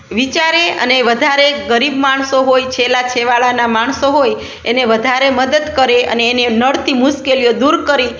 વિચારે અને વધારે ગરીબ માણસો હોય છેલા છેવાડાના માણસો હોય એને વધારે મદદ કરે અને એને નડતી મુશ્કેલીઓ દૂર કરી